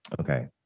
Okay